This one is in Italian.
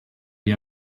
gli